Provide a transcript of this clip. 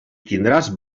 tindràs